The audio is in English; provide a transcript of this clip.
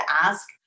ask